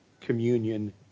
communion